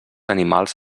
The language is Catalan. animals